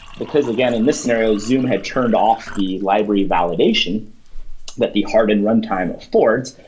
because again in this scenario zoom had turned off the library validation that the hardened runtime affords,